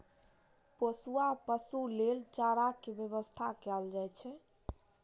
पोसुआ पशु लेल चारा के व्यवस्था कैल जाइ छै